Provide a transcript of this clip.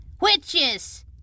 Witches